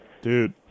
Dude